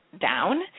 down